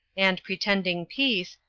and, pretending peace,